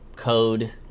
code